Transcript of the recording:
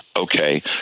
Okay